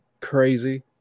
crazy